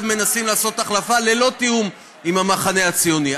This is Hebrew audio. מנסים לעשות החלפה ללא תיאום עם המחנה הציוני.